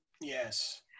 yes